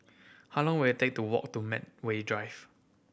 how long will it take to walk to Medway Drive